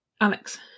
Alex